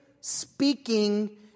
speaking